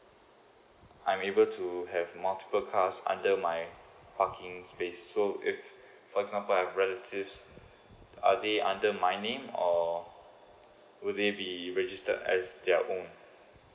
I'm able to have multiple cars under my parking space so if for example uh relative are they under my name or or will they be register as their own